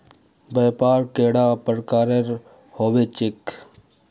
व्यापार कैडा प्रकारेर होबे चेक?